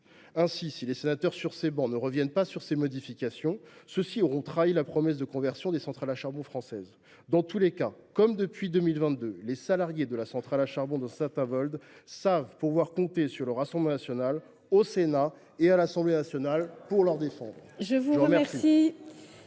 Si les sénateurs ne reviennent pas sur ces diverses modifications, ils auront trahi la promesse de favoriser la conversion des centrales à charbon françaises. Dans tous les cas, comme depuis 2022, les salariés de la centrale à charbon de Saint Avold savent pouvoir compter sur le Rassemblement national, au Sénat et à l’Assemblée nationale, pour les défendre.